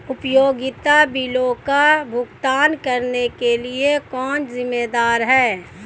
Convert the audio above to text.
उपयोगिता बिलों का भुगतान करने के लिए कौन जिम्मेदार है?